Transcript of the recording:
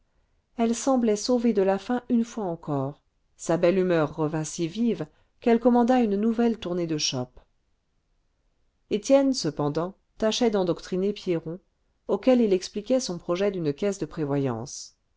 elle semblait sauvée de la faim une fois encore sa belle humeur revint si vive qu'elle commanda une nouvelle tournée de chopes étienne cependant tâchait d'endoctriner pierron auquel il expliquait son projet d'une caisse de prévoyance